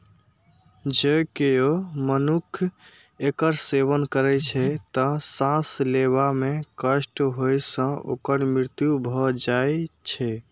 जौं केओ मनुक्ख एकर सेवन करै छै, तं सांस लेबा मे कष्ट होइ सं ओकर मृत्यु भए जाइ छै